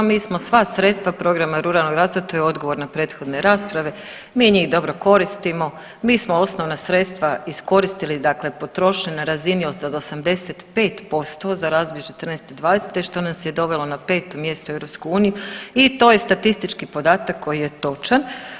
Mi smo sva sredstva Programa ruralnog razvoja to je odgovor na prethodne rasprave, mi njih dobro koristimo, mi smo osnovna sredstva iskoristili, dakle potrošili na razini od 85% za razdoblje 2014.-2020. što nas je dovelo na peto mjesto u EU i to je statistički podatak koji je točan.